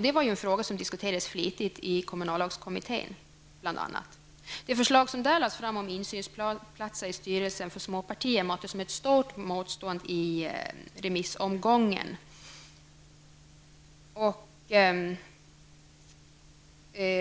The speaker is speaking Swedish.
Denna fråga diskuterades flitigt i bl.a. kommunallagskommmitten. Det förslag som där lades fram om att småpartier skulle få insynsplatser i styrelsen möttes av ett stort motstånd i remissomgången.